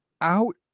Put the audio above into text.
out